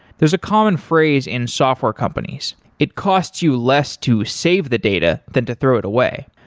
there's a common phrase in software companies it costs you less to save the data than to throw it away.